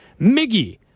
Miggy